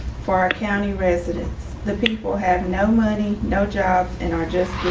for our county residents. the people have no money, no jobs and are just